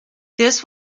this